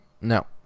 no